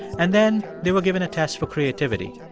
and then they were given a test for creativity.